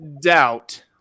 doubt